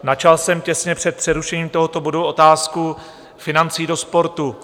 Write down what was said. Načal jsem těsně před přerušením tohoto bodu otázku financí do sportu.